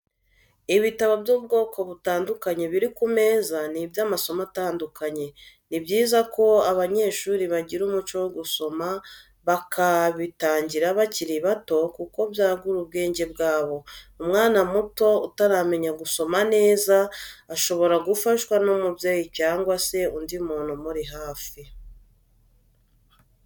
Ibitabo by'ubwoko butandukanye biri ku meza ni iby'amasomo atandukanye, ni byiza ko abanyeshuri bagira umuco wo gusoma bakabitangira bakiri bato kuko byagura ubwenge bwabo, umwana muto utaramenya gusoma neza shobora gufashwa n'umubyeyi cyangwa se undi muntu umuri hafi.